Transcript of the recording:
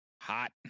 hot